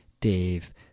Dave